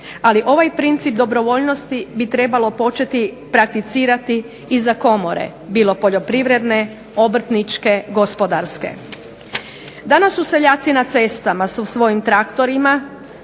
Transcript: Ali, ovaj princip dobrovoljnosti bi trebalo početi prakticirati i za komore. Bilo poljoprivredne, obrtničke, gospodarske. Danas su seljaci na cestama sa svojim traktorima,